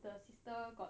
the sister got